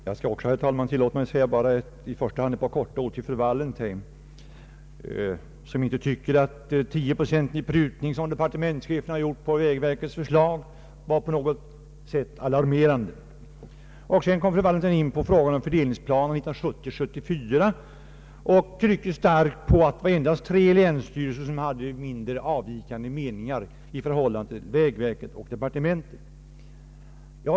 Herr talman! Jag skall också tillåta mig att säga ett par korta ord till fru Wallentheim, som inte tycker att den prutning på 10 procent av väganslagen enligt vägverkets beräkningar som departementschefen har gjort på något sätt är alarmerande. Fru Wallentheim kom vidare in på frågan om fördelningsplanerna för åren 1970—1974 och tryckte starkt på att det endast var tre länsstyrelser som hade mindre avvikande meningar i förhållande till vägverket och departementet.